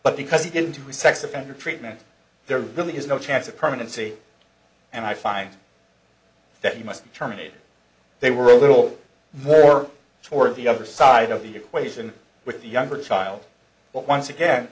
but because you get into sex offender treatment there really is no chance of permanency and i find that he must be terminated they were a little more toward the other side of the equation with the younger child but once again